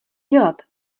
dělat